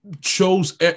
chose